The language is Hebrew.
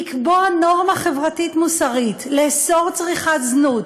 לקבוע נורמה חברתית מוסרית לאסור צריכת זנות